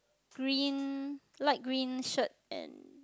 green light green shirt and